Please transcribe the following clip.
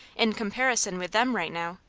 in comparison with them right now.